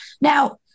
now